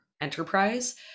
enterprise